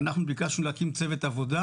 ואנחנו ביקשנו להקים צוות עבודה,